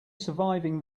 surviving